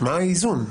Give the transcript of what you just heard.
מה האיזון.